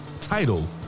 title